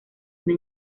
una